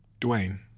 Dwayne